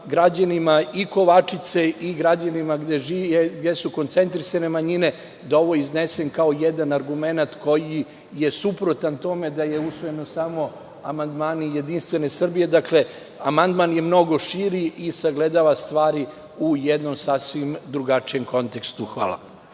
Kovačice i građanima gde jesu koncentrisane manjine da ovo iznesem kao jedan argument koji je suprotan tome da su usvojeni samo amandmani Jedinstvene Srbije. Dakle, amandman je mnogo širi i sagledava stvari u jednom sasvim drugačijem kontekstu. Hvala.